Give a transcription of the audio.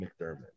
McDermott